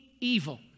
evil